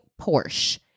Porsche